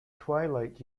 twilight